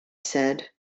said